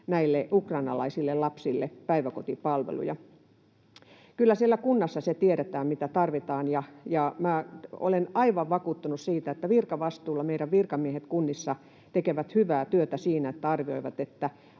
näille ukrainalaisille lapsille. Kyllä siellä kunnassa tiedetään, mitä tarvitaan, ja minä olen aivan vakuuttunut siitä, että virkavastuulla meidän virkamiehet kunnissa tekevät hyvää työtä siinä, että arvioivat,